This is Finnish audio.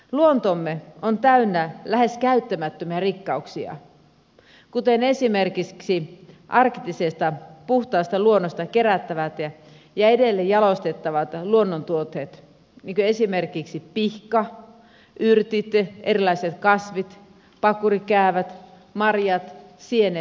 luontomme on täynnä lähes käyttämättömiä rikkauksia kuten esimerkiksi arktisesta puhtaasta luonnosta kerättävät ja edelleen jalostettavat luonnontuotteet niin kuin esimerkiksi pihka yrtit erilaiset kasvit pakurikäävät marjat sienet